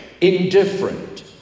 indifferent